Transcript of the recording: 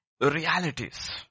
realities